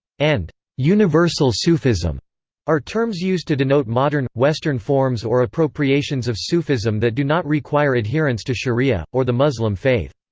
and universal sufism are terms used to denote modern, western forms or appropriations of sufism that do not require adherence to shariah, or the muslim faith.